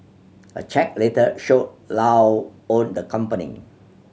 a check later showed Low owned the company